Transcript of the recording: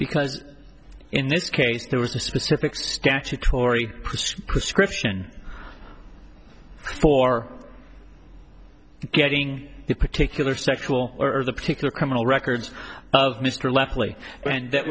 because in this case there was a specific statutory scription for getting the particular sexual or the particular criminal records of mr lepley and that